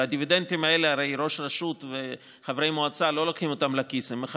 והרי ראש רשות וחברי המועצה לא לוקחים לכיס את הדיבידנדים האלה,